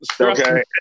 Okay